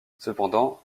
cependant